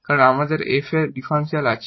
কারণ আমাদের এখানে f এর ডিফারেনশিয়াল আছে